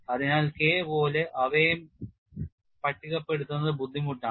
അതിനാൽ K പോലെ അവയെ പട്ടികപ്പെടുത്തുന്നത് ബുദ്ധിമുട്ടാണ്